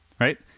right